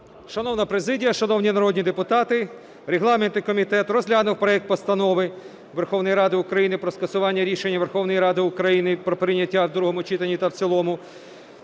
Шановна президія, шановні народні депутати! Регламентний комітет розглянув проект Постанови Верховної Ради України про скасування рішення Верховної Ради України про прийняття в другому читанні та в цілому